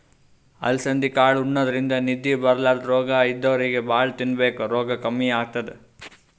ಅಲಸಂದಿ ಕಾಳ್ ಉಣಾದ್ರಿನ್ದ ನಿದ್ದಿ ಬರ್ಲಾದ್ ರೋಗ್ ಇದ್ದೋರಿಗ್ ಭಾಳ್ ತಿನ್ಬೇಕ್ ರೋಗ್ ಕಮ್ಮಿ ಆತದ್